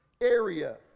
area